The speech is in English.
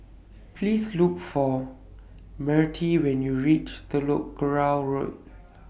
Please Look For Mertie when YOU REACH Telok Kurau Road